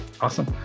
awesome